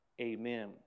Amen